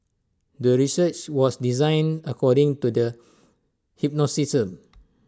the research was designed according to the hypothesis